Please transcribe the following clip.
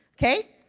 okay.